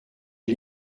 est